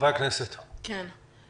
חברי הכנסת, בבקשה.